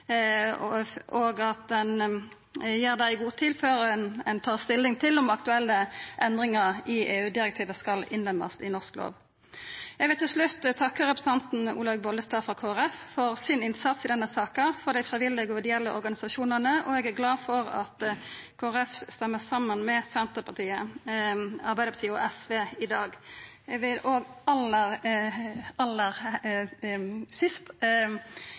og at ein gjer det i god tid før ein tar stilling til om aktuelle endringar i EU-direktiva skal innlemmast i norsk lov. Eg vil til slutt takka representanten Olaug Bollestad frå Kristeleg Folkeparti for hennar innsats i denne saka for dei frivillige og ideelle organisasjonane, og eg er glad for at Kristeleg Folkeparti stemmer saman med Senterpartiet, Arbeidarpartiet og SV i dag. Eg vil